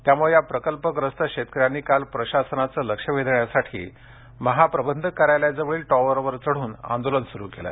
त्यामुळे या प्रकल्पग्रस्त शेतकऱ्यांनी काल प्रशासनाचं लक्ष वेधण्यासाठी महाप्रबंधक कार्यालयाजवळील टॉवरवर चढून आंदोलन सुरू केलं